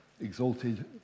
exalted